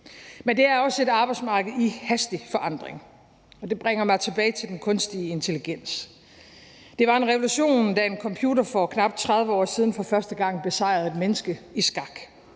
Men det er også et arbejdsmarked i hastig forandring, og det bringer mig tilbage til den kunstige intelligens. Det var en revolution, da en computer for knap 30 år siden for første gang besejrede et menneske i skak.